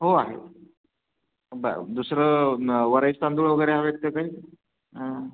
हो आहे बरं दुसरं वरईचं तांदूळ वगैरे हा हवेत का काही